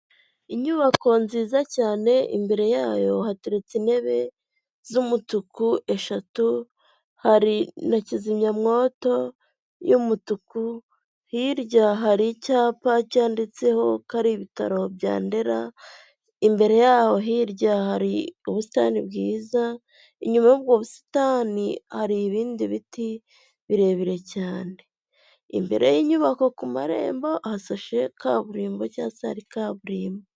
Inyubako nziza cyane, imbere yayo hateretse intebe z'umutuku eshatu, hari na kizimyamwoto y'umutuku, hirya hari icyapa cyanditseho ko ari ibitaro bya Ndera, imbere yaho hirya hari ubusitani bwiza, inyuma yubwo busitani, hari ibindi biti birebire cyane. Imbere y'inyubako ku marembo, hasashe kaburimbo cyangwa se hari kaburimbo.